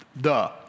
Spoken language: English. duh